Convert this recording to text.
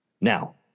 Now